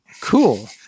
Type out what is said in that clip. Cool